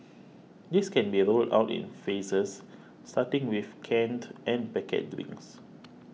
this can be rolled out in phases starting with canned and packet drinks